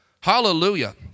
Hallelujah